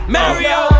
Mario